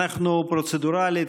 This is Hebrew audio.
פרוצדורלית,